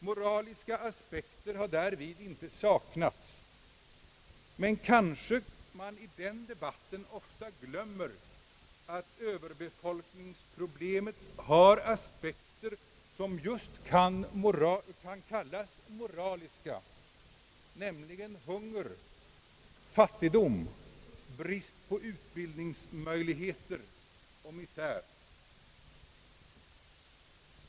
Moraliska aspekter har därvid inte saknats, men kanske man i debatten ofta glömmer att överbefolkningsproblemet har aspekter som just kan kallas moraliska, nämligen hunger, fattigdom, brist på utbildningsmöjlighet och misär.